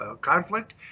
conflict